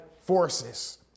forces